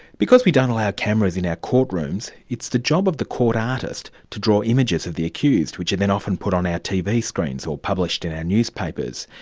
because we don't allow cameras in our courtrooms, it's the job of the court artist to draw images of the accused, which are then put on our tv screens or published in our newspapers.